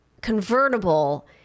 convertible